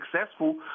successful